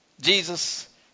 Jesus